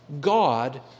God